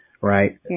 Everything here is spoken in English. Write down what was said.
right